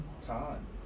Time